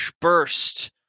burst